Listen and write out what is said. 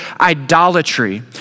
idolatry